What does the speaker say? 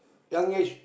young age